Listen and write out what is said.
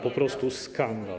Po prostu skandal.